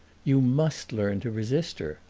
you must learn to resist her,